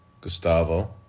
Gustavo